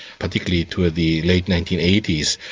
particularly to the late nineteen eighty s,